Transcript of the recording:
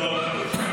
טוב.